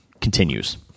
continues